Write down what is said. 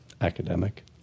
academic